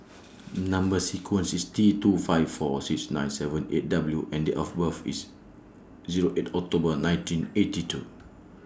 Number sequence IS T two five four six nine seven eight W and Date of birth IS Zero eight October nineteen eighty two